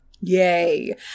yay